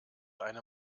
eine